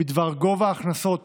בדבר גובה ההכנסות